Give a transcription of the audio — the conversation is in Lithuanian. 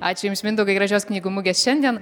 ačiū jums mindaugai gražios knygų mugės šiandien